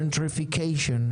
Gentrification.